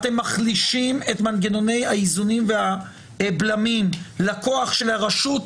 אתם מחלישים את מנגנוני האיזונים והבלמים לכוח של הרשות,